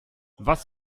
was